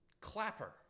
Clapper